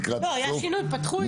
היה שינוי ופתחו את זה.